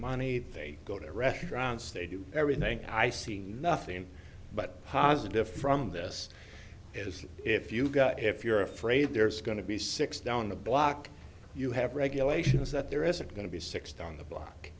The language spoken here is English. money they go to restaurants they do everything i see nothing but positive from this is if you've got if you're afraid there's going to be six down the block you have regulations that there isn't going to be six down the block